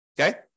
Okay